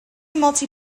multi